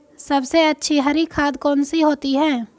सबसे अच्छी हरी खाद कौन सी होती है?